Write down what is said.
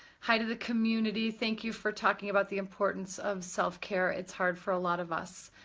hi to the community, thank you for talking about the importance of self-care, it's hard for a lot of us.